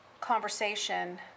conversation